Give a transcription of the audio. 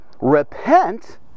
Repent